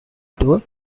too